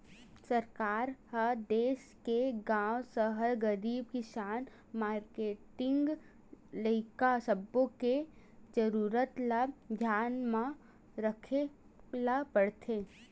सरकार ह देस के गाँव, सहर, गरीब, किसान, मारकेटिंग, लइका सब्बो के जरूरत ल धियान म राखे ल परथे